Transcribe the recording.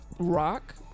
Rock